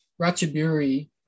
Ratchaburi